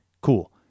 Cool